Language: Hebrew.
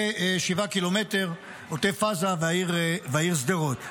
ו-7 ק"מ עוטף עזה והעיר שדרות.